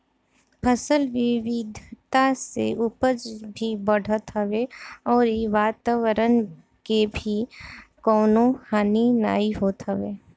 फसल विविधता से उपज भी बढ़त हवे अउरी वातवरण के भी कवनो हानि नाइ होत हवे